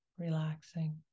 Relaxing